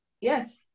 Yes